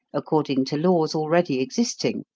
according to laws already existing,